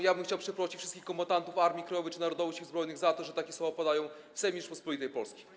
Ja bym chciał przeprosić wszystkich kombatantów Armii Krajowej czy Narodowych Sił Zbrojnych za to, że takie słowa padają w Sejmie Rzeczypospolitej Polskiej.